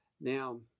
Now